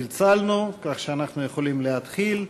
צלצלנו, כך שאנחנו יכולים להתחיל,